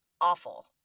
Awful